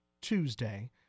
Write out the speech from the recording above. Tuesday